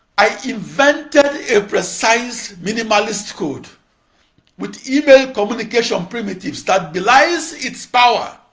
i invented a precise, minimalist code with email communication um primitives that belies its power.